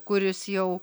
kuris jau